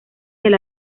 del